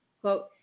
Quote